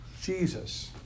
Jesus